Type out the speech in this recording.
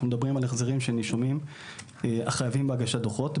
אנחנו מדברים על החזרים של נישומים החייבים בהגשת דוחות,